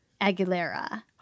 Aguilera